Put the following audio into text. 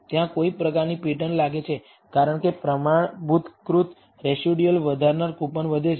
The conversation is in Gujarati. ત્યાં કોઈ પ્રકારની પેટર્ન લાગે છે કારણ કે પ્રમાણભૂતકૃત રેસિડયુઅલ વધારનાર કૂપન વધે છે